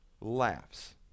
laughs